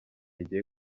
igiye